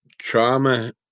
Trauma